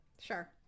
sure